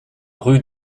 rue